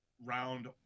round